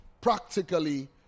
practically